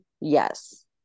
Yes